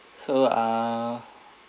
so ah